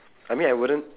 I mean I wouldn't